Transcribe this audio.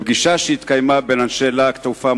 בפגישה שהתקיימה בין אנשי "להק תעופה",